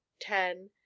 ten